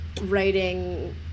writing